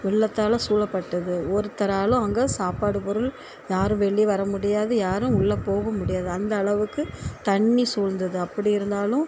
வெள்ளத்தால் சூழப்பட்டது ஒருத்தராலும் அங்கே சாப்பாடு பொருள் யாரும் வெளியே வரமுடியாது யாரும் உள்ள போவும் முடியாது அந்த அளவுக்கு தண்ணி சூழ்ந்தது அப்படி இருந்தாலும்